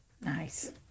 Nice